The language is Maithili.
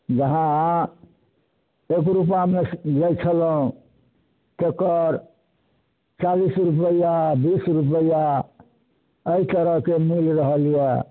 जहाँ एक रुपैआमे जाइ छलहुँ एकर चालीस रुपैआ बीस रुपैआ अइ तरहके मिल रहल यऽ